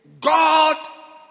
God